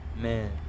Man